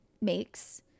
makes